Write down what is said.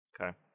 Okay